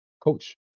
coach